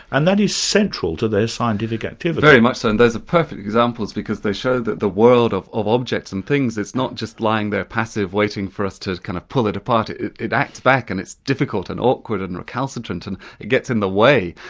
and that is central to their scientific activity. very much so, and those are perfect examples because they show that the world of of objects and things is not just lying there passive waiting for us to kind of pull it apart, it it acts back, and it's difficult and awkward and and recalcitrant and it gets in the way.